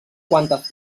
quantes